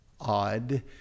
odd